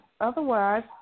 Otherwise